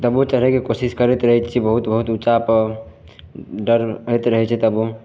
तबो चढ़यके कोशिश करैत रहय छियै बहुत बहुत उँचापर डर होइत रहय छै तबो